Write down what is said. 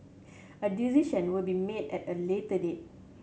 a decision will be made at a later date